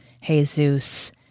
Jesus